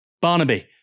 Barnaby